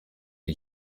die